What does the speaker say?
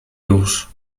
już